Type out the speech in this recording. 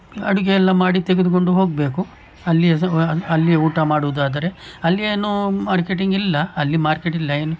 ಅಡಿಗೆ ಎಲ್ಲ ಮಾಡಿ ತೆಗೆದುಕೊಂಡು ಹೋಗಬೇಕು ಅಲ್ಲಿಯೆ ಸಹ ಅಲ್ಲಿಯೆ ಊಟ ಮಾಡೋದಾದರೆ ಅಲ್ಲಿ ಏನು ಮಾರ್ಕೆಟಿಂಗ್ ಇಲ್ಲ ಅಲ್ಲಿ ಮಾರ್ಕೆಟ್ ಇಲ್ಲ ಏನು